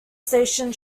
station